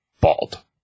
bald